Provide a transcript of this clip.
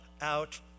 out